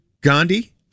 Gandhi